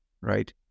right